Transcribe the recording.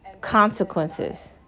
consequences